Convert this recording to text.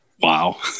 Wow